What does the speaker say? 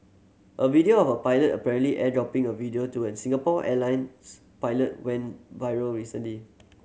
a video of a pilot apparently airdropping a video to an Singapore Airlines pilot went viral recently